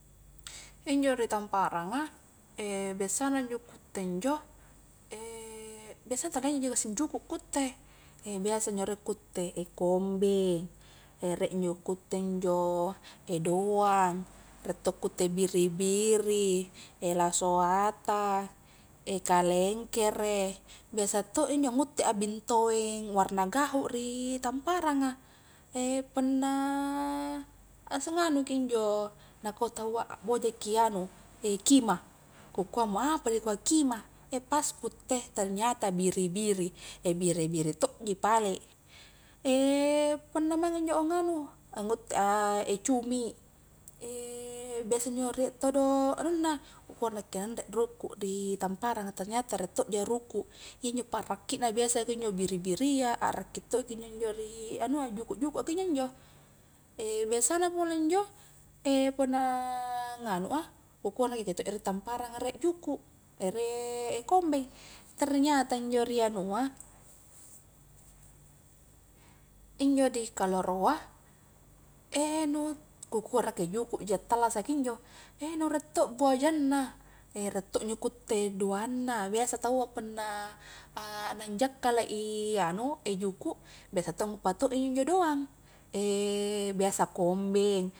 Injo ri tamparanga biasa na injo ku utte injo biasa tala ji injo gassing juku ku utte biasa injo riek ku utte kombeng, riek injo ku utte injo doang riek to ku utte biri-biri lasoata kalengkere biasa to injo nguttea bintoeng warna gahu ri tamparanga punna asenganu ki injo nakua taua akboja ki anu kima ku kua mo apa dikua kima pas ku utte ternyata biri-biri, biri-biri tokji pale punna maeng injo angnganu anguttea cumi biasa injo riek todo anunna ku kua nakke anre ruku ri tamparanga ternyata riek tokja ruku' iyanjo pakrakki na biasa kunjo biri-biria akrakki to i kunjo-unjo ri anua juku-juku a kinjo-njo biasana pole injo punna nganua ku kua nakke kunjo toji ri tamparanga riek juku riek e kombeng ternyata injo ri anua injo dikaloroa nu kukuarek juku ji attallasa kinjo nu riek to buajanna riek to injo ku utte doang na biasa taua punna a nang jakkala i anu juku biasa to nguppa to injo-injo doang biasa kombeng